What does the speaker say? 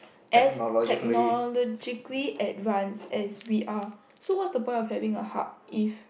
as technologically advanced as we are so what's the point of having a hub if